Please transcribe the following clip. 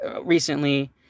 recently